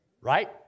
Right